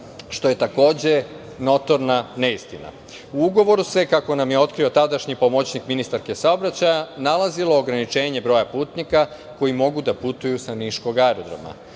što je takođe notorna neistina. U ugovoru se, kako nam je otkrio tadašnji pomoćnik ministarke saobraćaja, nalazilo ograničenje broja putnika koji mogu da putuju sa niškog aerodroma.